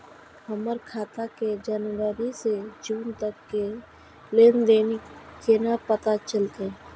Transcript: हमर खाता के जनवरी से जून तक के लेन देन केना पता चलते?